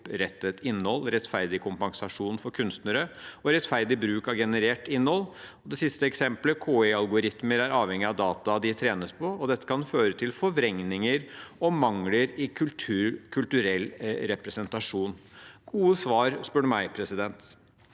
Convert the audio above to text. rettet innhold, rettferdig kompensasjon for kunstnere og rettferdig bruk av generert innhold. Og et siste eksempel: KI-algoritmer er avhengige av data de trenes på, og dette kan føre til forvrengninger og mangler i kulturell representasjon. Det er gode svar, spør du meg. I går sendte